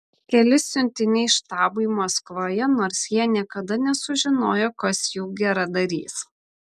keli siuntiniai štabui maskvoje nors jie niekada nesužinojo kas jų geradarys